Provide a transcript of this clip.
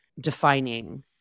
defining